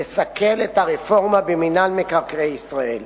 לסכל את הרפורמה במינהל מקרקעי ישראל.